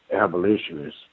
abolitionists